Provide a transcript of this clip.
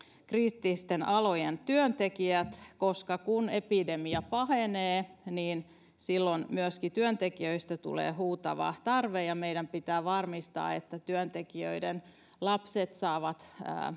kriittisten alojen työntekijät koska kun epidemia pahenee niin silloin tulee myöskin työntekijöistä huutava tarve ja meidän pitää varmistaa että työntekijöiden lapset saavat